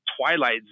twilight